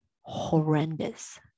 horrendous